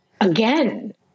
again